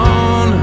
on